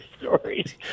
stories